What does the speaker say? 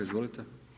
Izvolite.